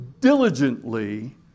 diligently